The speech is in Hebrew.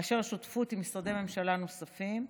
באשר לשותפות עם משרדי ממשלה נוספים,